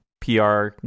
PR